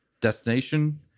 Destination